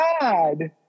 God